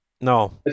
no